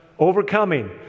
overcoming